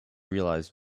realise